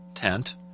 Tent